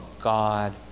God